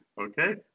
Okay